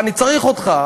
אני צריך אותך,